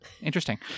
Interesting